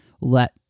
let